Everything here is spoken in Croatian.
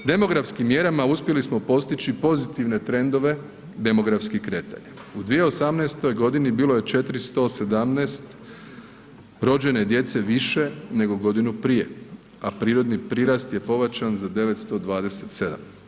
Demografskim mjerama uspjeli smo postići pozitivne trendove demografskih kretanja, u 2018.g. bilo je 417 rođene djece više nego godinu prije, a prirodni prirast je povećan za 927.